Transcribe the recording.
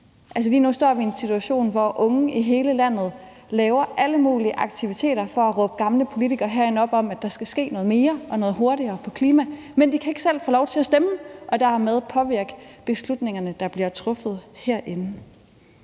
lige nu står vi i en situation, hvor unge i hele landet laver alle mulige aktiviteter for at råbe gamle politikere herinde op om, at der skal ske noget mere og noget hurtigere i forhold til klimaet, men de kan ikke selv få lov til at stemme og dermed påvirke beslutningerne, der bliver truffet herinde.